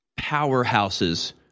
powerhouses